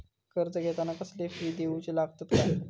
कर्ज घेताना कसले फी दिऊचे लागतत काय?